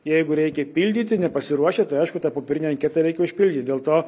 jeigu reikia pildyti nepasiruošę tai aišku tą popierinę anketą reikia užpildyt dėl to